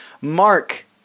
Mark